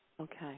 Okay